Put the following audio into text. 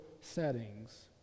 settings